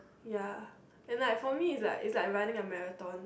ya and I for me is like is like running a marathon